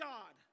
God